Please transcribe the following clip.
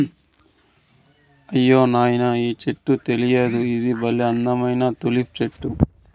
అయ్యో నాయనా ఈ చెట్టు తెలీదా ఇది బల్లే అందమైన తులిప్ చెట్టు